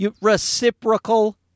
Reciprocal